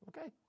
okay